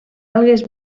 algues